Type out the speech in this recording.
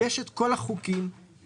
יש את כל החוקים הנדרשים.